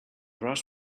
rush